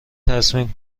تصمیم